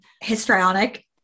histrionic